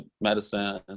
medicine